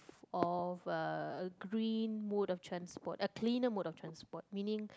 of uh green mode of transport a cleaner mode of transport meaning